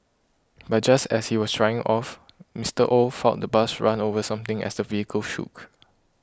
but just as he was driving off Mister Oh felt the bus run over something as the vehicle shook